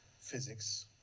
physics